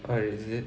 oh is it